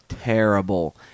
terrible